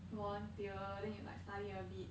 volunteer then you like study a bit